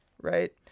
Right